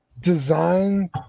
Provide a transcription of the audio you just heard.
design